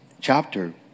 chapter